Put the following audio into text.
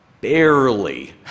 Barely